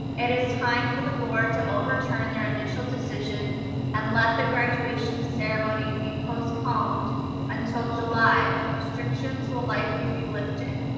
it is time for the board to overturn their initial decision and let the graduation ceremony be postponed until july when restrictions will likely be lifted.